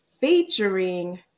featuring